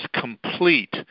complete